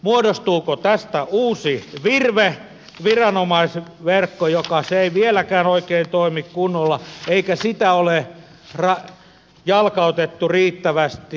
muodostuuko tästä uusi virve viranomaisverkko joka ei vieläkään oikein toimi kunnolla eikä sitä ole jalkautettu riittävästi